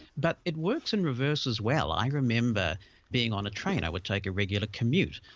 but it works in reverse as well. i remember being on a train, i would take a regular commute,